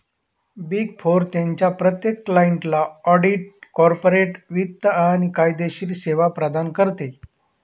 big four त्यांच्या प्रत्येक क्लायंटला ऑडिट, कॉर्पोरेट वित्त आणि कायदेशीर सेवा प्रदान करते